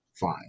fine